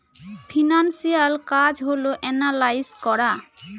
financial কাজ হল analyse করা